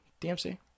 DMC